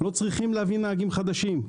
לא צריך להביא נהגים חדשים.